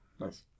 Nice